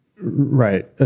right